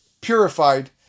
purified